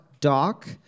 .doc